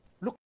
look